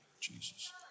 Jesus